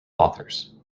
authors